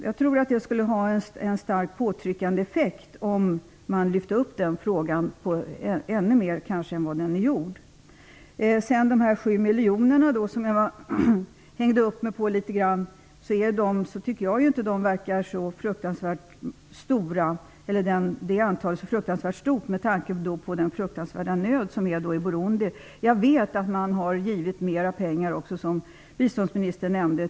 Jag tror att det skulle ha en starkt påtryckande effekt om man lyfte upp den frågan ännu mer än vad som skett. De 7 miljoner kronor som jag hängde upp mig på litet grand verkar inte vara en så stor summa med tanke på den fruktansvärda nöd som finns i Burundi. Jag vet att man har givit mera pengar till Rwanda, som biståndsministern nämnde.